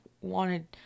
wanted